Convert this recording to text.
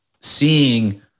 seeing